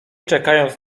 czekając